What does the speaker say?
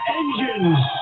engines